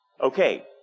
Okay